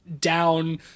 down